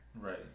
Right